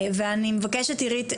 ואני מבקשת עירית,